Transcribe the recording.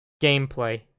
gameplay